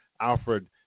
Alfred